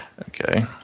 Okay